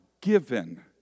given